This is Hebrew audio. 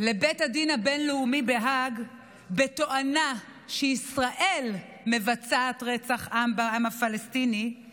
לבית הדין הבין-לאומי בהאג בתואנה שישראל מבצעת רצח עם בעם הפלסטיני היא